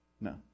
No